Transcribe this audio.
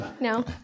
No